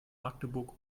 magdeburg